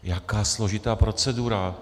Jaká složitá procedura?